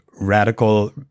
radical